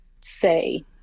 say